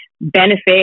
benefit